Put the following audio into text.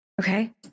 Okay